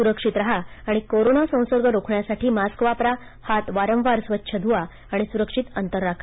सुरक्षित राहा आणि कोरोना संसर्ग रोखण्यासाठी मास्क वापरा हात वारंवार स्वच्छ धुवा आणि सुरक्षित अंतर राखा